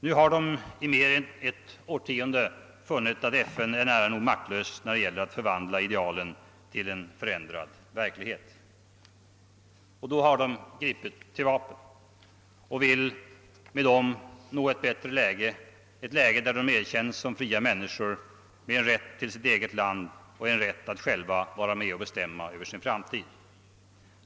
Nu har de i mer än ett årtionde funnit att FN är nära nog maktlöst när det gäller att förvandla idealen till en förändrad verklighet. Då har de gripit till vapen och vill med dem nå ett läge där de erkänns som fria människor med rätt till sitt eget land och en rätt att själva vara med och bestämma över sin framtid.